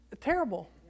terrible